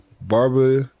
Barbara